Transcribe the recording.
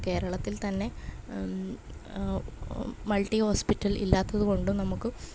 കേരളത്തിൽത്തന്നെ multi hospital ഇല്ലാത്തത് കൊണ്ട് നമുക്ക്